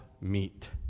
meet